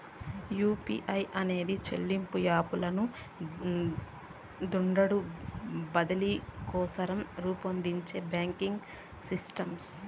UPI అనేది చెల్లింపు app లను దుడ్లు బదిలీ కోసరం రూపొందించే బాంకింగ్ సిస్టమ్